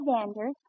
Alexander